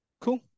Cool